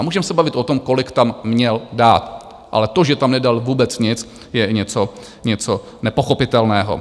Můžeme se bavit o tom, kolik tam měl dát, ale to, že tam nedal vůbec nic, je něco nepochopitelného.